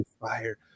fire